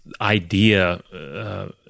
idea